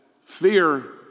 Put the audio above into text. Fear